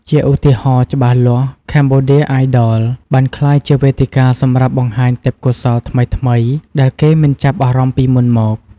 ជាឧទាហរណ៍ច្បាស់លាស់ "Cambodia Idol" បានក្លាយជាវេទិកាសម្រាប់បង្ហាញទេពកោសល្យថ្មីៗដែលគេមិនចាប់អារម្មណ៍ពីមុនមក។